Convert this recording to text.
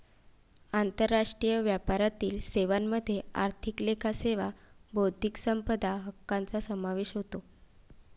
आंतरराष्ट्रीय व्यापारातील सेवांमध्ये आर्थिक लेखा सेवा बौद्धिक संपदा हक्कांचा समावेश होतो